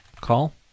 call